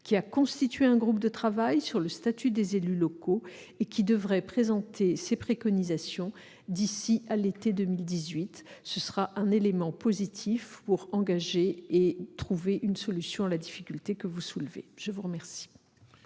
qui a constitué un groupe de travail sur le statut des élus locaux et qui devrait présenter ses préconisations d'ici à l'été 2018. Ce sera un élément positif pour engager la recherche d'une solution à la difficulté que vous soulevez. La parole